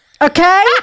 Okay